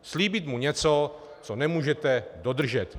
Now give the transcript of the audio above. Slíbit mu něco, co nemůžete dodržet.